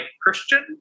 Christian